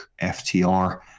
FTR